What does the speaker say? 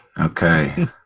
okay